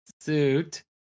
suit